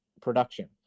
production